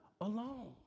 alone